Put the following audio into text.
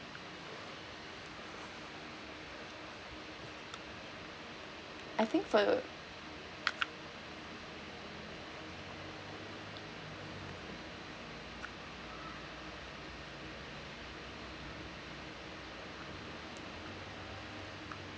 I think for your